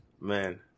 man